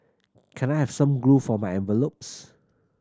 can I have some glue for my envelopes